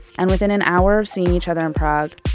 and, within an hour of seeing each other in prague,